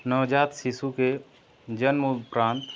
नवजात शिशु के जन्म उपरांत